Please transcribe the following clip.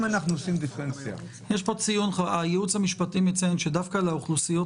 הייעוץ המשפטי מציין כאן שדווקא לאוכלוסיות